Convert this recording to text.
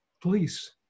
police